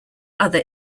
other